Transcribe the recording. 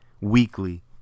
weekly